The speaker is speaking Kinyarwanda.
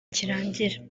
kirangira